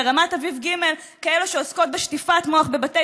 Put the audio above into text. ברמת אביב ג' כאלה שעוסקות בשטיפת מוח בבתי